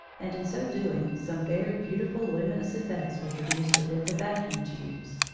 and in so doing some very beautiful luminous effects were produced within the vacuum tubes.